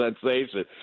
sensation